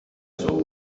saw